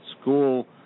school